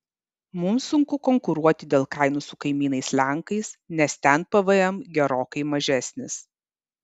mums sunku konkuruoti dėl kainų su kaimynais lenkais nes ten pvm gerokai mažesnis